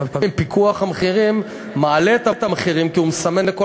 לפעמים פיקוח על המחירים מעלה את המחירים כי הוא מסמן לכל